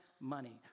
Money